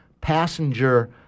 passenger